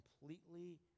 completely